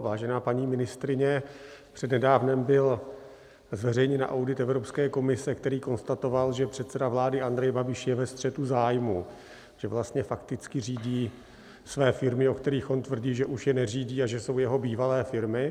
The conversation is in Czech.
Vážená paní ministryně, před nedávnem byl zveřejněn audit Evropské komise, který konstatoval, že předseda vlády Andrej Babiš je ve střetu zájmů, že vlastně fakticky řídí své firmy, o kterých on tvrdí, že už je neřídí a že jsou jeho bývalé firmy.